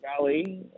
Valley